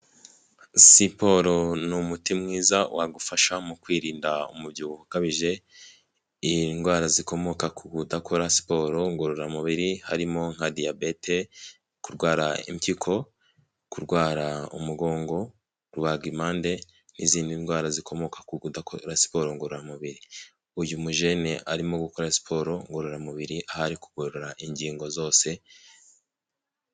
Siporo ni umuti mwiza wagufasha mu kwirinda umubyibuho ukabije, indwara zikomoka ku kudakora siporo ngororamubiri, harimo nka diyabete, kurwara impyiko, kurwara umugongo, rubagimpande, n'izindi ndwara zikomoka ku kudakora siporo ngororamubiri. Uyu mujene arimo gukora siporo ngororamubiri, aho ari kugorora ingingo zose.